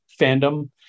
fandom